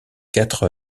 quatre